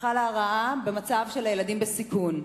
חלה הרעה במצב הילדים בסיכון.